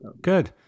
Good